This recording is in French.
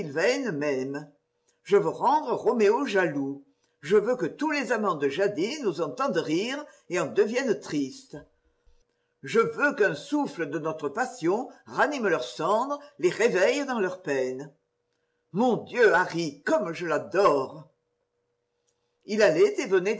m'aime je veux rendre roméo jaloux je veux que tous les amants de jadis nous entendent rire et en deviennent tristes je veux qu'un souffle de notre passion ranime leurs cendres les réveille dans leur peine mon dieu harry comme je l'adore il allait et